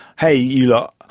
hey you lot,